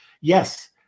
yes